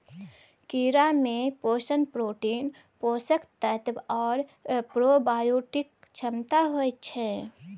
कीड़ामे पोषण प्रोटीन, पोषक तत्व आओर प्रोबायोटिक क्षमता होइत छै